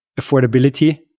affordability